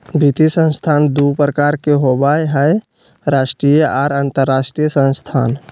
वित्तीय संस्थान दू प्रकार के होबय हय राष्ट्रीय आर अंतरराष्ट्रीय संस्थान